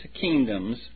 kingdoms